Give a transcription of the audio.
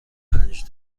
پنج